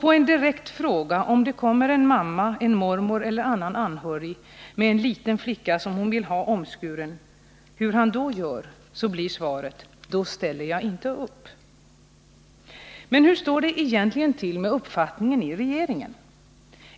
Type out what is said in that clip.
På en direkt fråga om hur han gör ifall det kommer en mamma, en — Nr 31 mormor eller annan anhörig med en liten flicka som man vill ha omskuren Måndagen den blir svaret: ”Då ställer jag inte upp.” 19 november 1979 Hur står det då egentligen till med uppfattningen i regeringen?